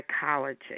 psychology